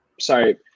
sorry